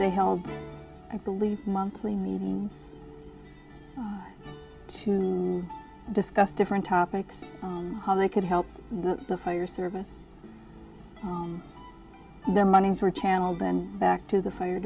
they held i believe monthly meeting to discuss different topics how they could help the fire service their money's worth channel then back to the fire